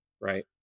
Right